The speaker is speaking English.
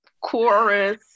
chorus